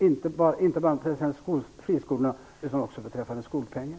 Det gäller inte bara beträffande friskolorna, utan också beträffande skolpengen.